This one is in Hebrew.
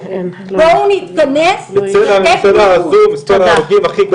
בואו נתכנס לתת --- בצל הממשלה הזו מספר ההרוגים הכי גדול אי פעם.